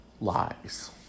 lies